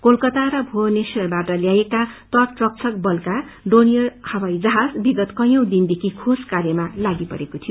कोलकाता भुवनेश्वरवाट ल्याइएका तट रक्षक बलका डोनियर हवाईजहाज विगत कैयी दिनदेखि खोज क्रर्यमा लागिपरेको थियो